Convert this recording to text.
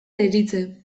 deritze